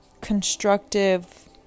constructive